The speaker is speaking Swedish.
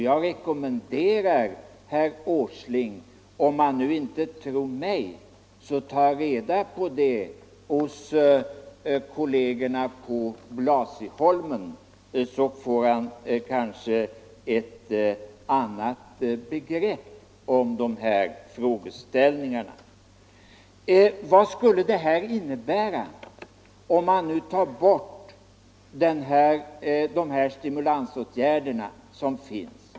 Jag rekommenderar herr Åsling, om han inte tror mig, att ta reda på detta hos kollegerna på Blasieholmen. Då får han kanske ett annat begrepp om dessa frågeställningar. Vad skulle det innebära om man tar bort de stimulansåtgärder som finns?